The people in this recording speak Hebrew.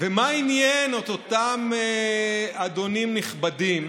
ומה עניין את אותם אדונים נכבדים